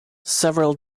several